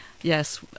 yes